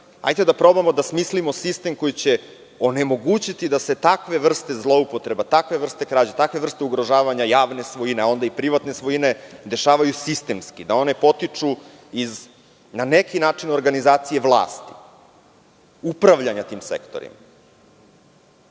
hajde da probamo da smislim sistem koji će onemogućiti da se takve vrste zloupotreba, takve vrste krađa, takve vrste ugrožavanja javne svojine, a onda i privatne svojine dešavaju sistemski, da one potiču iz na neki način organizacije vlasti, upravljanja tim sektorima.